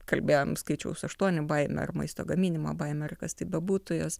kalbėjom skaičiaus aštuoni baimė ar maisto gaminimo baimė ar kas tai bebūtų jos